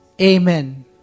Amen